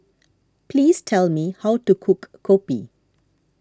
please tell me how to cook Kopi